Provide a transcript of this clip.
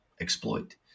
exploit